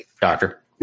Doctor